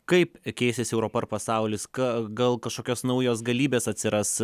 kaip keisis europa ir pasaulis ką gal kažkokios naujos galybės atsiras